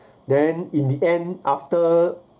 then in the end after